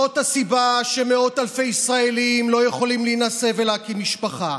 זאת הסיבה שמאות אלפי ישראלים לא יכולים להינשא ולהקים משפחה,